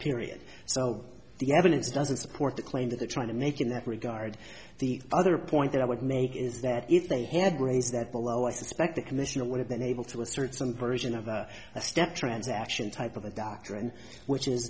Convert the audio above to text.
period so the evidence doesn't support the claim that they're trying to make in that regard the other point that i would make is that if they had raised that below i suspect the commission would have been able to assert some version of a step transaction type of a doctrine which is